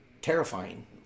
terrifying